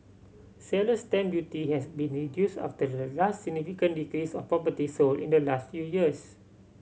seller's stamp duty has been reduced after the last significant decrease of properties sold in the last few years